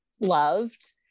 loved